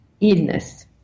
illness